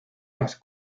las